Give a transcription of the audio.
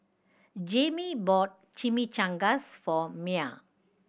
Jamey bought Chimichangas for Myah